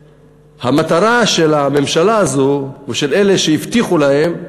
שהמטרה של הממשלה הזו או של אלה שהבטיחו להם,